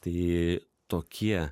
tai tokie